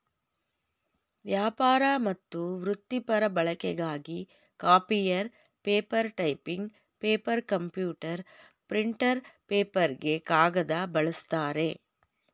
ವ್ಯಾಪಾರ ಮತ್ತು ವೃತ್ತಿಪರ ಬಳಕೆಗಾಗಿ copier paper typing paper computer printer ಪೇಪರ್ಗೆ ಕಾಗದ ಬಳಸ್ತಾರೆ